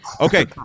Okay